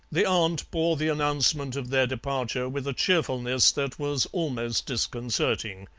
the aunt bore the announcement of their departure with a cheerfulness that was almost disconcerting.